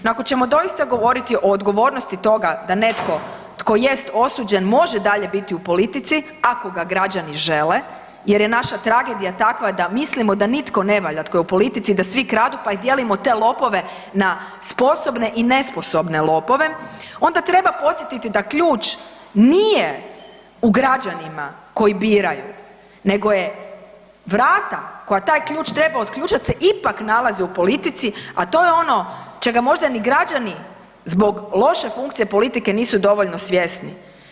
No, ako ćemo doista govoriti o odgovornosti toga da netko tko jest osuđen može dalje biti u politici ako ga građani žele, jer je naša tragedija takva da mislimo da nitko ne valja tko u politici i da svi kradu pa i dijelimo te lopove na sposobne i nesposobne lopove onda treba podsjetiti da ključ nije u građanima koji biraju, nego je vrata koja taj ključ treba otključat se ipak nalaze u politici, a to je ono čega možda ni građani zbog loše funkcije politike nisu dovoljno svjesni.